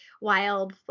wild